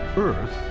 earth